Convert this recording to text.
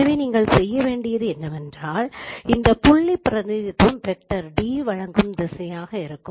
எனவே நீங்கள் செய்ய வேண்டியது என்னவென்றால் இந்த புள்ளி பிரதிநிதித்துவம் வெக்டர் d வழங்கும் திசையாக இருக்கும்